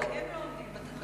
אני אומר לך,